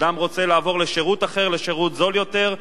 אדם רוצה לעבור לשירות אחר, לשירות זול יותר,